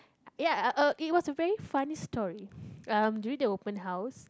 ya uh it was a very funny story uh during the open house